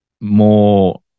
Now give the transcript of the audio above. more